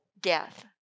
death